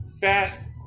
fast